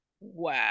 wow